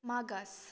मागास